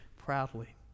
proudly